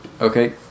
Okay